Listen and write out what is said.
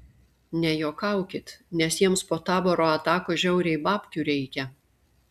nejuokaukit nes jiems po taboro atakos žiauriai babkių reikia